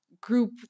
group